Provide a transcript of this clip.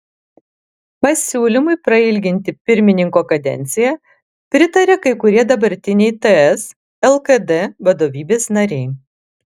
pasiūlymui prailginti pirmininko kadenciją pritaria kai kurie dabartiniai ts lkd vadovybės nariai